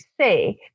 say